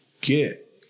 get